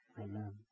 Amen